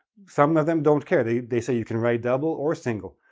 some of them don't care, they they say you can write double or single,